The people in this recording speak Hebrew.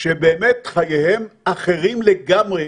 שבאמת חייהם אחרים לגמרי